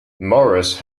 morris